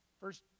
first